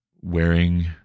wearing